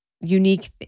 unique